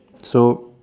so